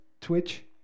Twitch